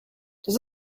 does